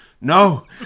no